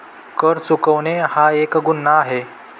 कर चुकवणे हा एक गुन्हा आहे